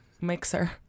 mixer